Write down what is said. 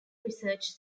research